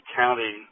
county